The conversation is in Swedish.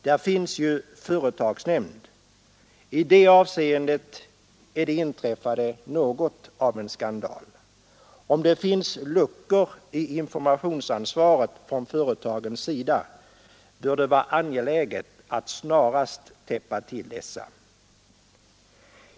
Där finns ju företagsnämnd. I detta avseende är det inträffade något av en skandal. Om det finns luckor i informationsansvaret från företagens sida bör det vara angeläget att snarast täppa till dessa.